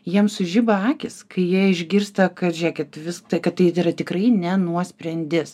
jiem sužiba akys kai jie išgirsta kad žiūrėkit vis tai kad tai yra tikrai ne nuosprendis